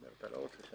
בסדר.